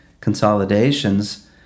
consolidations